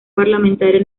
parlamentaria